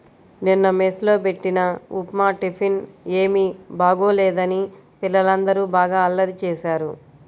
నిన్న మెస్ లో బెట్టిన ఉప్మా టిఫిన్ ఏమీ బాగోలేదని పిల్లలందరూ బాగా అల్లరి చేశారు